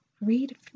read